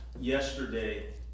yesterday